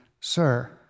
sir